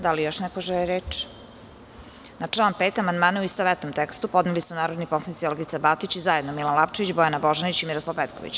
Da li još neko želi reč? (Ne) Na član 5. amandmane u istovetnom tekstu podneli su narodni poslanici Olgica Batić i zajedno Milan Lapčević, Bojana Božanić i Miroslav Petković.